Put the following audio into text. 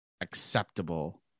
acceptable